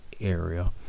area